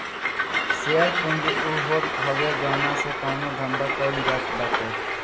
share पूंजी उ होत हवे जवना से कवनो धंधा कईल जात बाटे